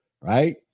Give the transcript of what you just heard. right